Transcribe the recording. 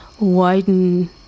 widen